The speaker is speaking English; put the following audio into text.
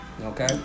Okay